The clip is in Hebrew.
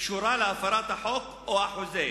קשורה להפרת החוק או החוזה.